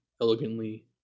elegantly